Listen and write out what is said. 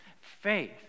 faith